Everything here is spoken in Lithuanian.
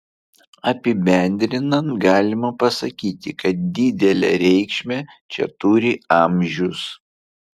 apibendrinant galima pasakyti kad didelę reikšmę čia turi amžius